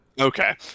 okay